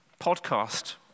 podcast